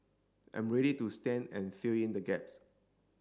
I'm ready to stand and fill in the gaps